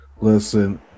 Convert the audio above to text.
listen